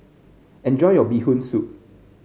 enjoy your Bee Hoon Soup